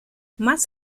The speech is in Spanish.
más